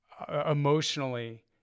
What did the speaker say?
emotionally